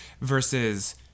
versus